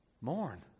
mourn